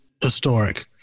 historic